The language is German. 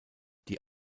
die